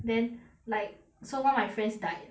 then like so one of my friends died